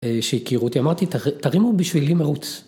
‫שיכירו אותי, אמרתי, ‫תרימו בשבילי מירוץ.